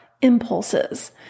impulses